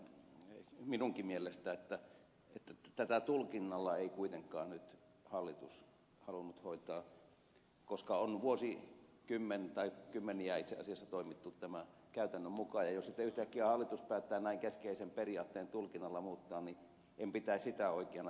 sehän on tärkeää minunkin mielestäni että tätä tulkinnalla ei kuitenkaan nyt hallitus halunnut hoitaa koska on vuosikymmeniä itse asiassa toimittu tämän käytännön mukaan ja jos sitten yhtäkkiä hallitus päättää näin keskeisen periaatteen tulkinnalla muuttaa niin en pitäisi sitä oikeana